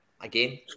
again